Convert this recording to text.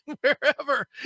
wherever